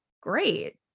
great